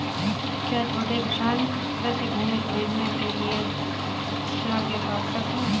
क्या छोटे किसान कृषि भूमि खरीदने के लिए ऋण के पात्र हैं?